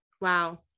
Wow